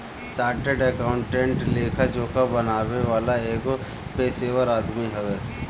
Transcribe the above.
chartered accountant लेखा जोखा बनावे वाला एगो पेशेवर आदमी हवे